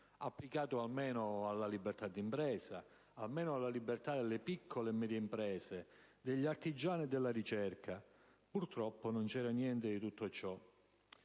applicato almeno alla libertà d'impresa delle medie e piccole imprese, degli artigiani e della ricerca. Purtroppo non c'era niente di tutto ciò.